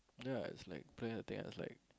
ya it's like playing with the thing I was like